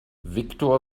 viktor